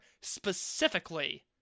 specifically